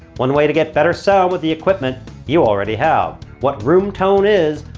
one way to get better sound with the equipment you already have. what room tone is,